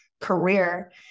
career